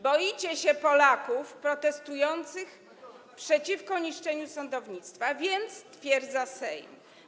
Boicie się Polaków protestujących przeciwko niszczeniu sądownictwa, więc - twierdza Sejm.